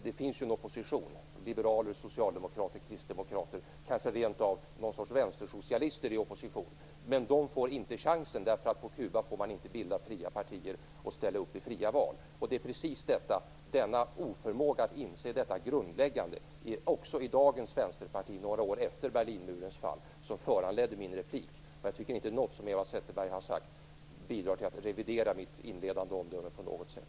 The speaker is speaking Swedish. Det finns ju en opposition - liberaler, socialdemokrater, kristdemokrater, kanske rent av någon sorts vänstersocialister i opposition. Men dessa får inte chansen, därför att på Kuba får man inte bilda fria partier och ställa upp i fria val. Det är precis denna oförmåga att inse detta grundläggande förhållande, också hos dagens vänsterparti några år efter Berlinmurens fall, som föranledde min replik. Jag tycker inte att något som Eva Zetterberg har sagt bidrar till att revidera mitt inledande omdöme på något sätt.